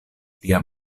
lia